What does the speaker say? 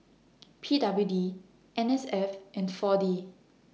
P W D N S F and four D